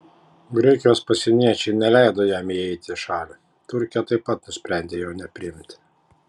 graikijos pasieniečiai neleido jam įeiti į šalį turkija taip pat nusprendė jo nepriimti